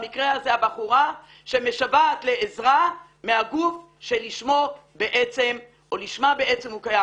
במקרה זה הבחורה שמשוועת לעזרה מהגוף שלשמה הוא קיים.